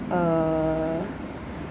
uh